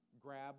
grab